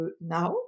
now